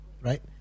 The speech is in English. Right